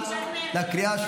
נתקבלה.